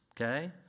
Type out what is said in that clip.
okay